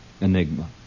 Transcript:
enigma